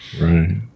Right